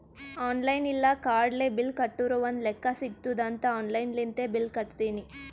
online ಇಲ್ಲ ಕಾರ್ಡ್ಲೆ bill ಕಟ್ಟುರ್ ಒಂದ್ ಲೆಕ್ಕಾ ಸಿಗತ್ತುದ್ ಅಂತ್ ಆನ್ಲೈನ್ ಲಿಂತೆ ಬಿಲ್ ಕಟ್ಟತ್ತಿನಿ